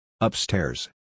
Upstairs